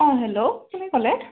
অ hello কোনে ক'লে